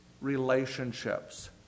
relationships